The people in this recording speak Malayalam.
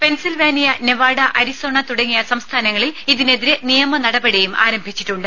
പെൻസിൽവേനിയ നെവാഡ അരിസോണ തുടങ്ങിയ സംസ്ഥാനങ്ങളിൽ ഇതിനെതിരെ നിയമ നടപടിയും ആരംഭിച്ചിട്ടുണ്ട്